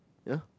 ya